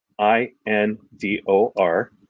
I-N-D-O-R